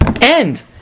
end